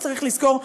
צריך לזכור,